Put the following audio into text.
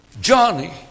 Johnny